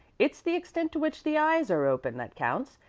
it's the extent to which the eyes are opened that counts,